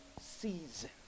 season